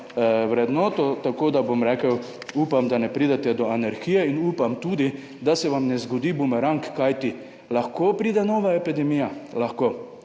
vrednoto. Tako da bom rekel, upam, da ne pridete do anarhije, in upam tudi, da se vam ne zgodi bumerang. Kajti lahko pride nova epidemija. Lahko.